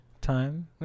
time